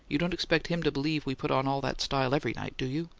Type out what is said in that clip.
you don't expect him to believe we put on all that style every night, do you?